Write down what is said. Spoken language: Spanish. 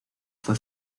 fue